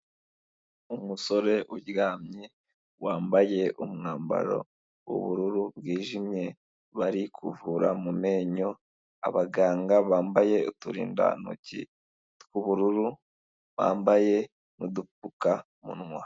Umusore uryamye wambaye umwambaro w'ubururu bwijimye bari kuvura mu menyo, abaganga bambaye uturindantoki tw'ubururu bambaye n'udupfukamunwa.